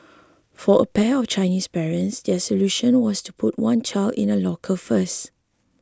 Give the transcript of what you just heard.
for a pair of Chinese parents their solution was to put one child in a locker first